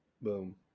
boom